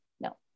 No